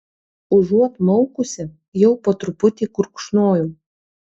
užuot maukusi jau po truputį gurkšnojau